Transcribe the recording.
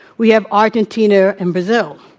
we have argentina and brazil.